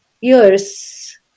years